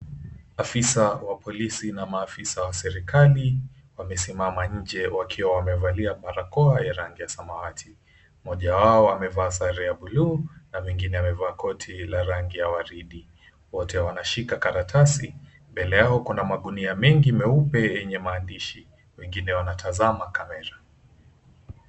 Afisa wa polisi na maafisa wa serikali wamesimama nje wakiwa wamevalia barakoa ya rangi ya samawati, mmoja wao amevaa sare ya bluu na mwengine amevaa koti la rangi ya waridi, wote wanashika karatasi, mbele yao kuna magunia mengi meupe yenye maandishi, wengine wanatazama kamera.